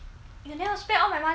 and then I'll spend all my money lah